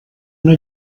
una